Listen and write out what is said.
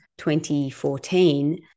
2014